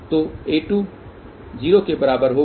तो a2 0 के बराबर होगा